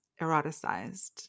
eroticized